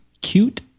cute